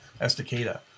Estacada